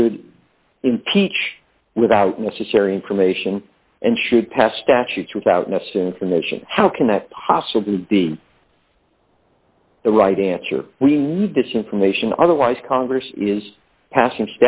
should impeach without necessary information and should pass statutes without nessun from nation how can that possibly be the right answer we need this information otherwise congress is passing